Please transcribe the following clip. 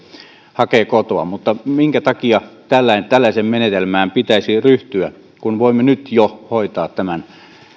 hakee kotoa mutta minkä takia tällaiseen menetelmään pitäisi ryhtyä kun voimme nyt jo hoitaa tämän